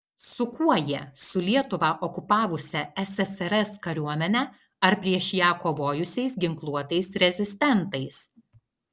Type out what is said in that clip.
su kuo jie su lietuvą okupavusia ssrs kariuomene ar prieš ją kovojusiais ginkluotais rezistentais